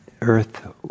earth